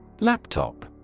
Laptop